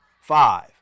five